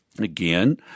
Again